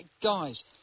Guys